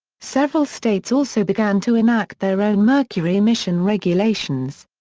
several states also began to enact their own mercury emission regulations.